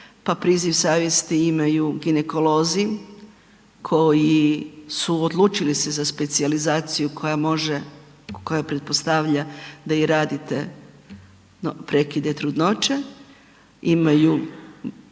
priziv savjesti imaju ginekolozi koji su odlučili za specijalizaciju koja može, koja pretpostavlja da i radite prekide trudnoće. Imaju